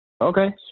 Okay